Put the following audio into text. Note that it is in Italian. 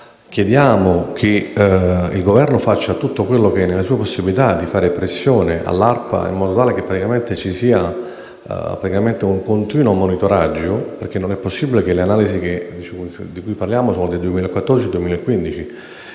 Chiediamo che il Governo faccia quanto è nelle sue possibilità e di fare pressione sull'ARPA in modo tale che ci sia un continuo monitoraggio, perché non è possibile che le analisi di cui parliamo risalgano al 2014-2015.